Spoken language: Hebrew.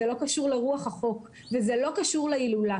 זה לא קשור לרוח החוק וזה לא קשור להילולה.